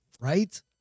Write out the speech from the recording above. right